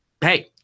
hey